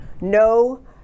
No